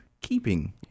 keeping